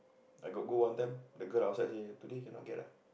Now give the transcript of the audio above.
I got go one time the girl outside say today cannot get ah